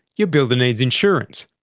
your builder needs insurance.